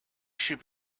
should